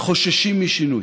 חוששים משינוי,